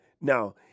Now